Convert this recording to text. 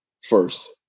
first